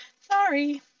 Sorry